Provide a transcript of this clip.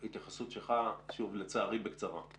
התייחסות שלך, לצערי, בקצרה.